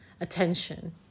attention